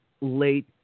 late